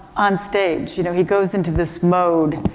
on stage. you know, he goes into this mode.